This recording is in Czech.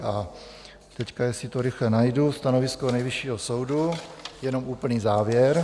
A teď, jestli to rychle najdu, stanovisko Nejvyššího soudu, jenom úplný závěr: